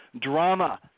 drama